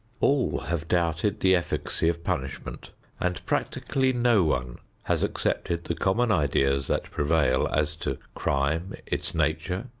all have doubted the efficacy of punishment and practically no one has accepted the common ideas that prevail as to crime, its nature,